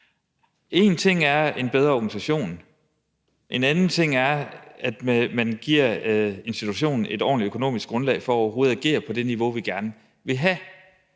En ting er en bedre organisation. En anden ting er, at man giver institutionen et ordentligt økonomisk grundlag for overhovedet at agere på det niveau, vi gerne vil have.